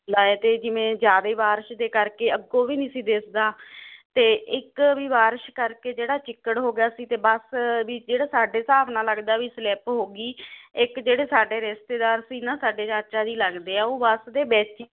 ਤੇ ਜਿਵੇਂ ਜਿਆਦੇ ਬਾਰਸ਼ ਦੇ ਕਰਕੇ ਅੱਗੋਂ ਵੀ ਨਹੀਂ ਸੀ ਦਿਸਦਾ ਤੇ ਇੱਕ ਵੀ ਬਾਰਿਸ਼ ਕਰਕੇ ਜਿਹੜਾ ਚਿੱਕੜ ਹੋ ਗਿਆ ਸੀ ਤੇ ਬਸ ਵੀ ਜਿਹੜਾ ਸਾਡੇ ਹਿਸਾਬ ਨਾਲ ਲੱਗਦਾ ਵੀ ਸਲਿਪ ਹੋ ਗਈ ਇੱਕ ਜਿਹੜੇ ਸਾਡੇ ਰਿਸ਼ਤੇਦਾਰ ਸੀ ਨਾ ਸਾਡੇ ਚਾਚਾ ਦੀ ਲੱਗਦੇ ਆ ਉਹ ਬੱਸ ਦੇ ਵਿੱਚ ਹੀ